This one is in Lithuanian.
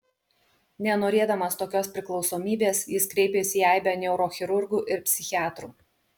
nenorėdamas tokios priklausomybės jis kreipėsi į aibę neurochirurgų ir psichiatrų